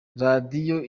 radiyo